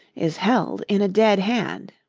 is held in a dead hand.